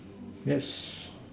yes